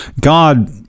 God